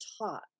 taught